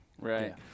Right